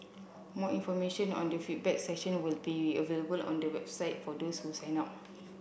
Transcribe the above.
more information on the feedback session will be available on the website for those who sign up